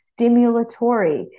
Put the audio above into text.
stimulatory